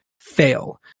fail